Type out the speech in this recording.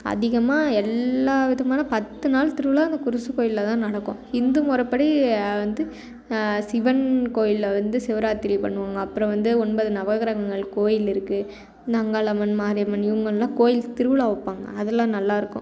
அதிகமாக எல்லா விதமான பத்து நாள் திருவிழா அந்த குருசு கோவிலில் தான் நடக்கும் இந்து முறப்படி வந்து சிவன் கோவிலில் வந்து சிவராத்திரி பண்ணுவாங்க அப்புறம் வந்து ஒன்பது நவகிரகங்கள் கோவில் இருக்குது இந்த அங்காளம்மன் மாரியம்மன் இவங்கள்லாம் கோவில் திருவிழா வைப்பாங்க அதெல்லாம் நல்லா இருக்கும்